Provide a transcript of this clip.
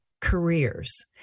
careers